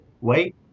Wait